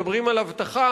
מדברים על אבטחה,